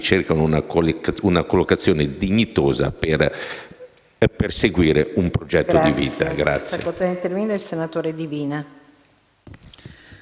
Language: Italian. cercano una collocazione dignitosa per perseguire un progetto di vita.